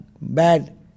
bad